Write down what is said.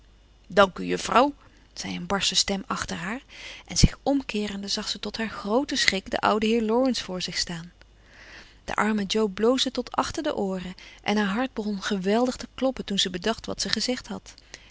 dank u juffrouw zei een barsche stem achter haar en zich omkeerende zag ze tot haar grooten schrik den ouden heer laurence voor zich staan de arme jo bloosde tot achter de ooren en haar hart begon geweldig te kloppen toen ze bedacht wat ze gezegd had